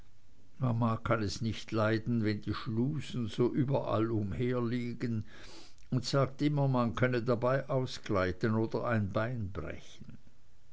kann es nicht leiden wenn die schlusen so überall herumliegen und sagt immer man könne dabei ausgleiten und ein bein brechen